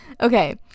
Okay